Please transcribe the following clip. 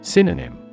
Synonym